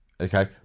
Okay